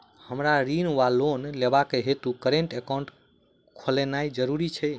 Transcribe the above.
हमरा ऋण वा लोन लेबाक हेतु करेन्ट एकाउंट खोलेनैय जरूरी छै?